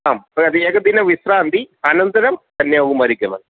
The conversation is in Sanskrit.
आं प्रति एकदिनं विश्रान्ति अनन्तरं कन्याकुमारीगमनं